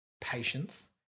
patience